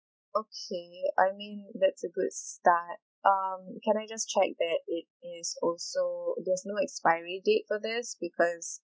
okay I mean that's a good start um can I just check that it is also there's no expiry date for this because